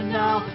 now